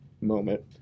moment